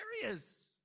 serious